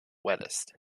wettest